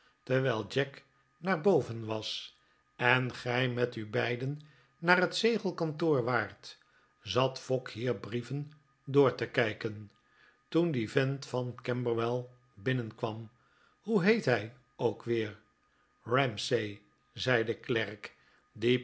terwijl jack naar boven was en gij met u beiden naar het zegelkantoor waart zat fogg hier brieven door te kijken toen die vent van camberwell binnenkwam hoe heet hij ook weer ramsay zei de klerk die